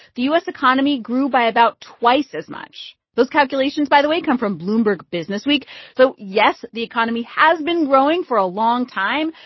the u s. economy grew by about twice as much. those calculations, by the way, come from bloomberg businessweek so, yes, the economy has been growing for a long time,